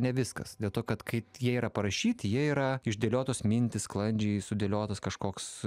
ne viskas dėl to kad kai jie yra parašyti jie yra išdėliotos mintys sklandžiai sudėliotas kažkoks